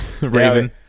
Raven